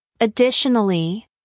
Additionally